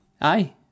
Aye